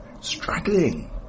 Struggling